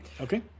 Okay